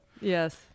Yes